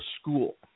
school